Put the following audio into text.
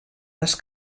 les